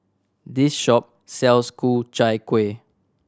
this shop sells Ku Chai Kuih